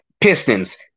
Pistons